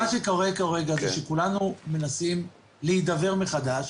מה שקורה כרגע הוא שכולנו מנסים להידבר מחדש.